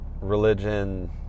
religion